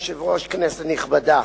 אדוני היושב-ראש, כנסת נכבדה,